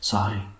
Sorry